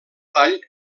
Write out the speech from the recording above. tall